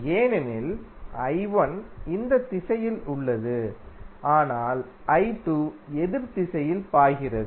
ஏனெனில் I1 இந்த திசையில் உள்ளது ஆனால் I2 எதிர் திசையில் பாய்கிறது